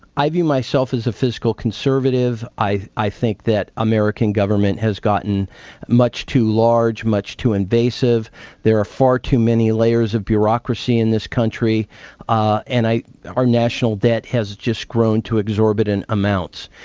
i view myself as a fiscal conservative. i i think that american government has gotten much too large, much too invasive there are far too many layers of bureaucracy in this country ah and our national debt has just grown to exorbitant amounts.